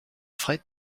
frais